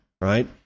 right